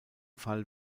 fall